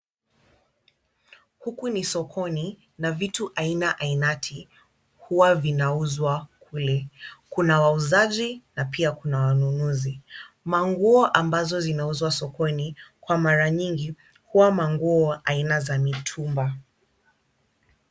Huku ni sokoni na vitu aina ainati hua vinauzwa kule. Kuna wauzaji na pia kuna wanunuzi. Manguo ambazo zinauzwa sokoni kwa mara nyingi, huwa nanguo za aina ya mitumba.